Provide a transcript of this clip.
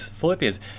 Philippians